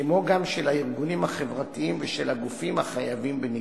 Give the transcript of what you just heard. כמו גם של הארגונים החברתיים ושל הגופים החייבים בנגישות.